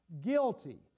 Guilty